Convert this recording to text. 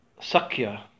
sakya